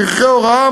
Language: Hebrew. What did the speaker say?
פרחי הוראה,